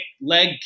leg